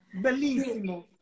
Bellissimo